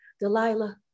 Delilah